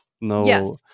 No